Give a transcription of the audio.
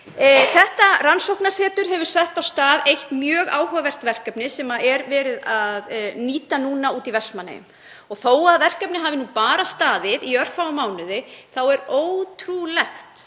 Þetta rannsóknarsetur hefur sett af stað mjög áhugavert verkefni sem er verið að nýta núna í Vestmannaeyjum. Þó að verkefnið hafi bara staðið í örfáa mánuði er ótrúlegt